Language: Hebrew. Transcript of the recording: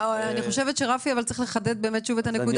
אני חושבת שרפי צריך לחדד שוב את הנקודה